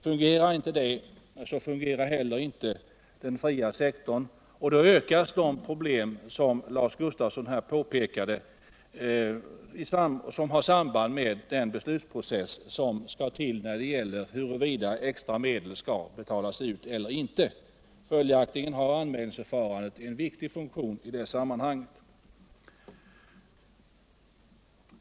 Fungerar inte det, fungerar inte heller den fria sektorn, och då ökas de problem som Lars Gustafsson påvisade och som har samband med den beslutsprocess som skall till när det gäller huruvida extra medel skall betalas ut eller inte. Följaktligen har anmälningsförfarandet en viktig funktion i det sammanhanget.